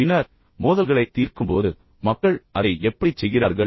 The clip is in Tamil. பின்னர் மோதல்களைத் தீர்க்கும்போது மக்கள் அதை எப்படிச் செய்கிறார்கள்